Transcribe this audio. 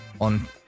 on